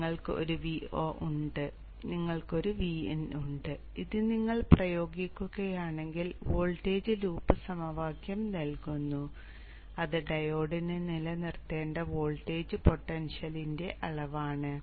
അതിനാൽ നിങ്ങൾക്ക് ഒരു Vo ഉണ്ട് നിങ്ങൾക്ക് ഒരു Vin ഉണ്ട് ഇത് നിങ്ങൾ പ്രയോഗിക്കുകയാണെങ്കിൽ വോൾട്ടേജ് ലൂപ്പ് സമവാക്യം നൽകുന്നു അത് ഡയോഡിന് നിലനിർത്തേണ്ട വോൾട്ടേജ് പൊട്ടൻഷ്യലിന്റെ അളവാണ്